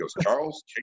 Charles